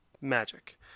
magic